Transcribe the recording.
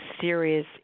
serious